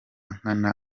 nkana